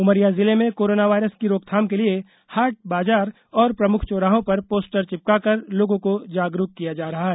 उमरिया जिले में corona virus की रोकथाम के लिए हाटबाजार और प्रमुख चौराहों पर पोस्टर चिपकार लोगों को जागरूक किया जा रहा है